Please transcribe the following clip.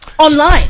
Online